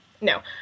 No